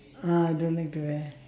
ah I don't like to wear